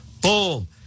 boom